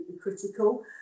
critical